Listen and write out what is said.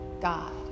God